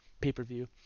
pay-per-view